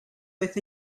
with